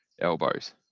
elbows